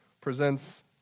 presents